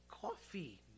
coffee